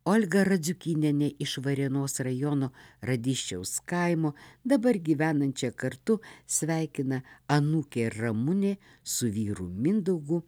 olga radziukynienė iš varėnos rajono radysčiaus kaimo dabar gyvenančia kartu sveikina anūkė ramunė su vyru mindaugu